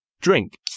Drink